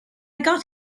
got